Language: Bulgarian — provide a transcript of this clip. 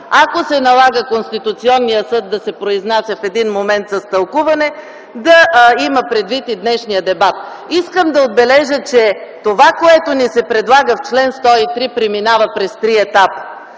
ако се налага Конституционният съд да се произнася в един момент с тълкуване, да има предвид и днешния дебат. Искам да отбележа, че това, което ни се предлага в чл. 103, преминава през три етапа.